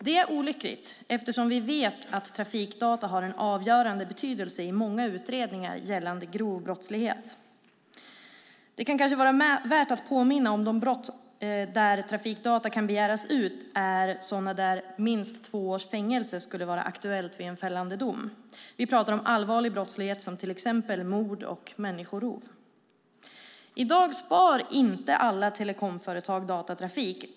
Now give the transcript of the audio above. Det är olyckligt eftersom vi vet att trafikdata har en avgörande betydelse i många utredningar gällande grov brottslighet. Det kan kanske vara värt att påminna om att de brott där trafikdata kan begäras ut är sådana där minst två års fängelse skulle vara aktuellt vid en fällande dom. Vi pratar om allvarlig brottslighet, till exempel mord och människorov. I dag sparar inte alla telekomföretag datatrafik.